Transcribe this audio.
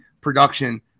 production